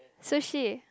sushi